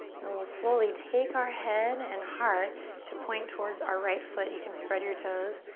then we'll slowly take our head and heart to point towards our right foot. you can spread your toes,